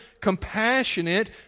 compassionate